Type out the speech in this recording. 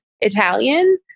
Italian